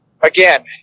again